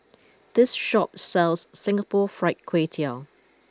this shop sells Singapore Fried Kway Tiao